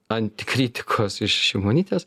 ant kritikos iš šimonytės